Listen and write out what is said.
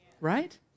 Right